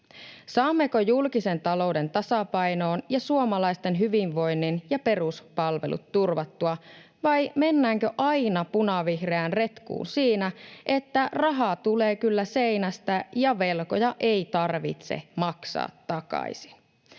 Saammeko julkisen talouden tasapainoon ja suomalaisten hyvinvoinnin ja peruspalvelut turvattua, vai mennäänkö aina punavihreään retkuun siinä, että rahaa tulee kyllä seinästä ja velkoja ei tarvitse maksaa takaisin?